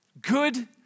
good